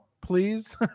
please